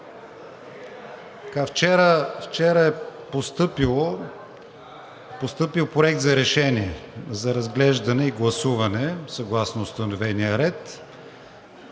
Вчера е постъпил Проект за решение за разглеждане и гласуване съгласно установения ред